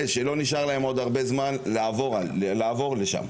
שלא נשאר להם עוד הרבה זמן לעבור לשם?